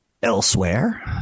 Elsewhere